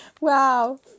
Wow